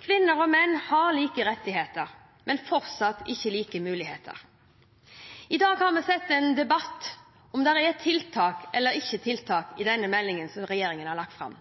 Kvinner og menn har like rettigheter, men fortsatt ikke like muligheter. I dag har vi sett en debatt om hvorvidt det er tiltak eller ikke tiltak i denne meldingen som regjeringen har lagt fram.